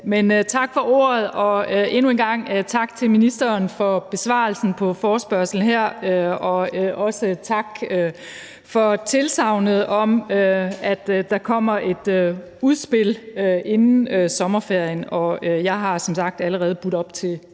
over med det. Endnu en gang tak til ministeren for besvarelsen af forespørgslen her, og også tak for tilsagnet om, at der kommer et udspil inden sommerferien. Jeg har som sagt allerede budt op til